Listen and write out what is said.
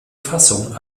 fassung